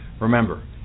Remember